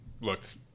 looked